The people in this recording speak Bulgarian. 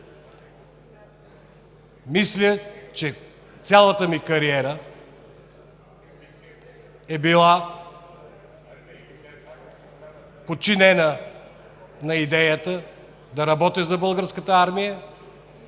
Мисля, че цялата ми кариера е била подчинена на идеята да работя за Българската армия